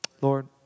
Lord